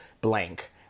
blank